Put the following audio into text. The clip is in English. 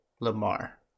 Lamar